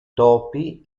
topi